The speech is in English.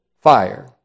fire